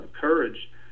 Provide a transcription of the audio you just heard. courage